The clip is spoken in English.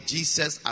Jesus